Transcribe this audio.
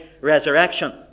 resurrection